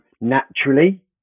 naturally